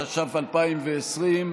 התש"ף 2020,